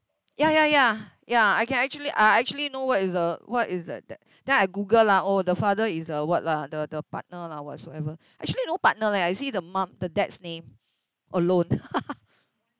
ya ya ya ya I can actually I actually know what is uh what is that that then I google lah oh the father is the what lah the the partner lah whatsoever actually no partner leh I see the mom the dad's name alone